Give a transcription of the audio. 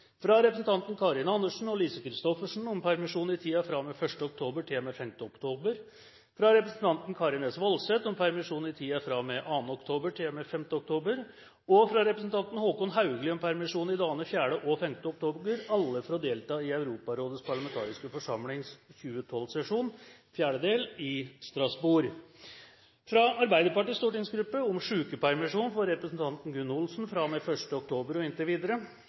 fra representantene Karin Andersen og Lise Christoffersen om permisjon i tiden fra og med 1. oktober til og med 5. oktober, fra representanten Karin S. Woldseth om permisjon i tiden fra og med 2. oktober til og med 5. oktober, og fra representanten Håkon Haugli om permisjon i dagene 4. og 5. oktober – alle for å delta i Europarådets parlamentariske forsamlings 2012-sesjon, 4. del, i Strasbourg – fra Arbeiderpartiets stortingsgruppe om sykepermisjon for representanten Gunn Olsen fra og med 1. oktober